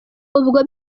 ubwo